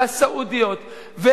וסעודיה,